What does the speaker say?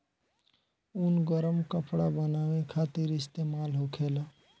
ऊन गरम कपड़ा बनावे खातिर इस्तेमाल होखेला